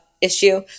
issue